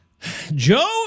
Joe